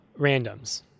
randoms